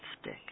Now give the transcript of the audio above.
stick